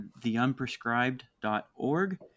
theunprescribed.org